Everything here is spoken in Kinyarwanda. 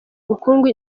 ubukungu